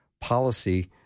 Policy